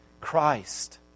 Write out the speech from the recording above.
Christ